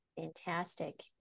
Fantastic